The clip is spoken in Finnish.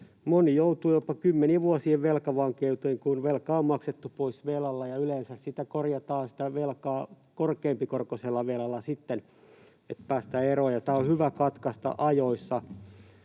Moni joutuu jopa kymmenien vuosien velkavankeuteen, kun velkaa on maksettu pois velalla ja yleensä sitä velkaa korjataan sitten korkeampikorkoisella velalla, että päästään siitä eroon. Tämä on hyvä katkaista ajoissa,